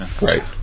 right